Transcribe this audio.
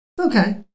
Okay